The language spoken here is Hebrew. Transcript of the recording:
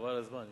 חבל על הזמן,